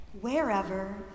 Wherever